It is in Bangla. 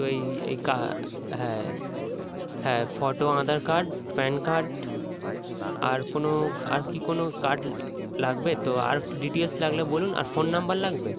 তো এই এই হ্যাঁ হ্যাঁ photo Aadhaar card PAN card আর কোনো আর কি কোনো কার্ড লাগবে তো আর ডিটেলস লাগলে বলুন আর ফোন নম্বর লাগবে